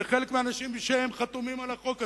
וחלק מהאנשים חתומים על החוק הזה,